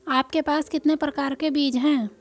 आपके पास कितने प्रकार के बीज हैं?